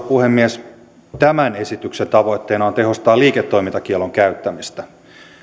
puhemies tämän esityksen tavoitteena on tehostaa liiketoimintakiellon käyttämistä